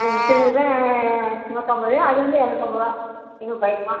அதான் மிச்சர் மட்டும்தான் நூற்றம்பது அது வந்து இரநூத்தம்பதுருவா